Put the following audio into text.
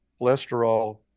cholesterol